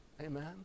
Amen